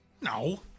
No